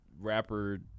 rapper